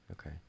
Okay